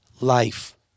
life